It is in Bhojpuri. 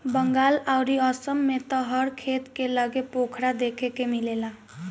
बंगाल अउरी आसाम में त हर खेत के लगे पोखरा देखे के मिलेला